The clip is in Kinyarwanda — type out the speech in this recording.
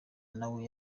nawe